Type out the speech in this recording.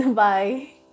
bye